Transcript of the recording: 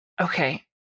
Okay